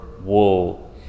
wool